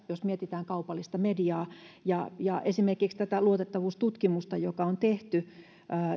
jos mietitään kaupallista mediaa ja ja esimerkiksi tätä luotettavuustutkimusta joka on tehty